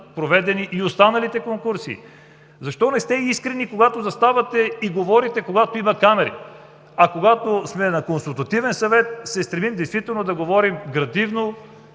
проведени и останалите конкурси. Защо не сте искрени, когато заставате и говорите, когато има камери? Когато сме на Консултативен съвет, се стремим действително да говорим градивно,